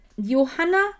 Johanna